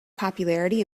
popularity